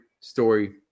story